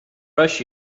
rush